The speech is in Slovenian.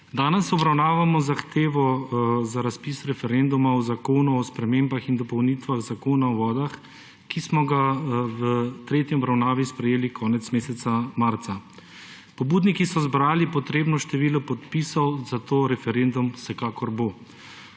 Danes obravnavo Zahtevo za razpis referenduma o Zakonu o spremembah in dopolnitvah Zakona o vodah, ki smo ga v tretji obravnavi sprejeli konec meseca marca. Pobudniki so zbrali potrebno število podpisov, zato referendum vsekakor bo.